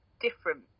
different